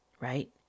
right